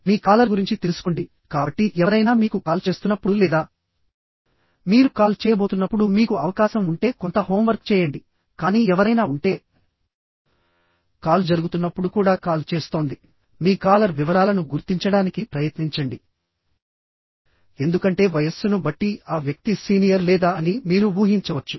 మీ caller గురించి తెలుసుకోండి కాబట్టి ఎవరైనా మీకు కాల్ చేస్తున్నప్పుడు లేదా మీరు కాల్ చేయబోతున్నప్పుడు మీకు అవకాశం ఉంటే కొంత హోంవర్క్ చేయండి కానీ ఎవరైనా ఉంటే కాల్ జరుగుతున్నప్పుడు కూడా కాల్ చేస్తోంది మీ కాలర్ వివరాలను గుర్తించడానికి ప్రయత్నించండి ఎందుకంటే వయస్సును బట్టి ఆ వ్యక్తి సీనియర్ లేదా అని మీరు ఊహించవచ్చు